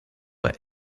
were